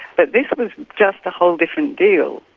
but this was just a whole different deal.